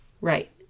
right